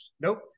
Nope